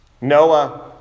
Noah